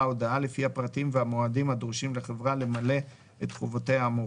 הודעה לפי הפרטים והמועדים הדרושים לחברה למלא את חובותיה האמורות.